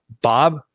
Bob